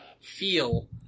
feel